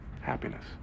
happiness